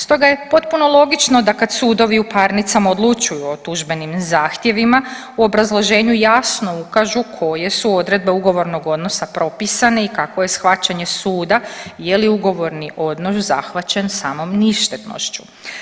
Stoga je potpuno logično da kad sudovi u parnicama odlučuju o tužbenim zahtjevima u obrazloženju jasno ukažu koje su odredbe ugovorno odnosa propisane i kakvo je shvaćanje suda, je li ugovorni odnos zahvaćen samom ništetnošću.